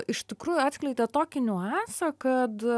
iš tikrųjų atskleidė tokį niuansą kad